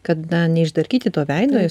kada neišdarkyti to veido ir